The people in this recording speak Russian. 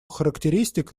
характеристик